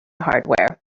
hardware